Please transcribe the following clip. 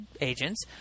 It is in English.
agents